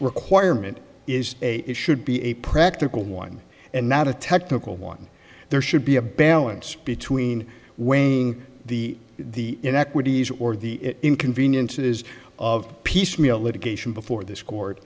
requirement is a it should be a practical one and not a technical one there should be a balance between weighing the the inequities or the it inconveniences of piecemeal litigation before this court